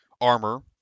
armor